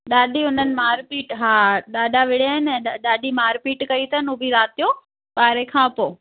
ॾाढी हुननि मारपीट हा ॾाढा विड़िया आहिनि ॾाढी मारपीट कई अथनि हो बि राति जो ॿारहें खां पोइ